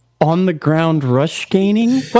on-the-ground-rush-gaining